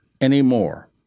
anymore